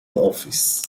office